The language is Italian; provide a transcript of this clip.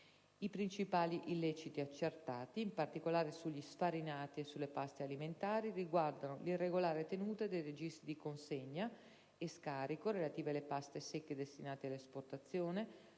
I principali illeciti accertati, in particolare sugli sfarinati e sulle paste alimentari, riguardano l'irregolare tenuta dei registri di consegna e scarico relativi alle paste secche destinate all'esportazione;